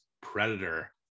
Predator